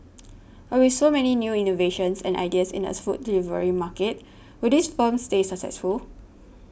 but with so many new innovations and ideas in these food delivery market will these firms stay successful